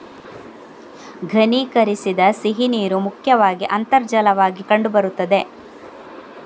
ಘನೀಕರಿಸದ ಸಿಹಿನೀರು ಮುಖ್ಯವಾಗಿ ಅಂತರ್ಜಲವಾಗಿ ಕಂಡು ಬರುತ್ತದೆ